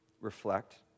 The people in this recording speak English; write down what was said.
reflect